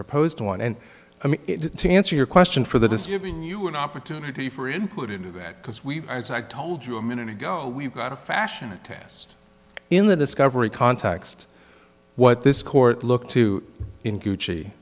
proposed one and i mean to answer your question for the deceiving you an opportunity for input into that because we are as i told you a minute ago we've got a fashion a test in the discovery context what this court looked to in